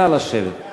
נא לשבת.